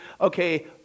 okay